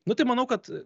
nu tai manau kad